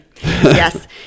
Yes